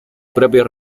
propios